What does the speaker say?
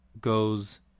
goes